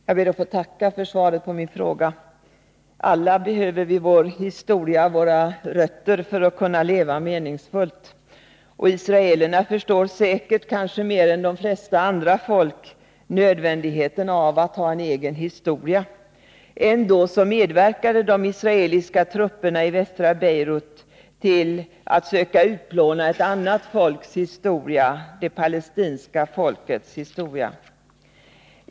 Herr talman! Jag ber att få tacka för svaret på min fråga. Alla behöver vi vår historia, våra rötter för att kunna leva meningsfullt. Israelerna förstår säkert — kanske mer än de flesta andra folk — nödvändigheten av att ha en egen historia. Ändå medverkade de israeliska trupperna i västra Beirut till att söka utplåna ett annat folks — det palestinska folkets — historia.